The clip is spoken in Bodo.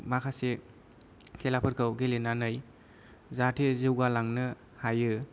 माखासे खेलाफोरखौ गेलेनानै जाहाथे जौगालांनो हायो